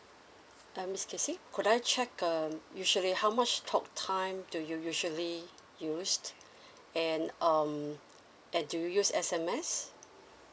um miss casey could I check um usually how much talk time do you usually used and um and do you use S_M_S